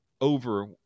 over